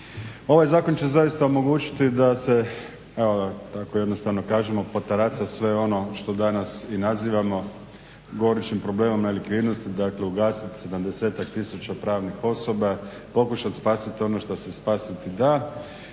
Ovaj zakon će zaista omogućiti da se, da tako jednostavno kažemo, …/Ne razumije se./… sve ono što danas i nazivamo gorućim problemom nelikvidnosti, dakle ugasiti 70-tak tisuća pravnih osoba, pokušat spasit ono što se spasiti da